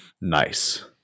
Nice